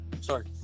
Sorry